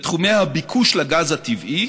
בתחומי הביקוש לגז הטבעי